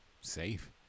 Safe